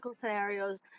scenarios